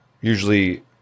usually